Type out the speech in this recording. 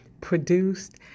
produced